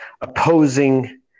opposing